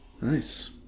nice